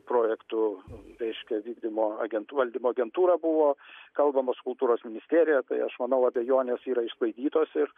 projektų reiškia vykdymo agentų valdymo agentūra buvo kalbama su kultūros ministerija tai aš manau abejonės yra išsklaidytos ir